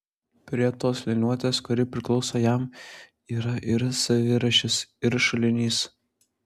prie tos liniuotės kuri priklauso jam yra ir savirašis ir šulinys